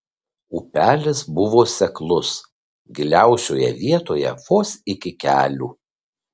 upelis buvo seklus giliausioje vietoj vos iki kelių